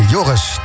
Joris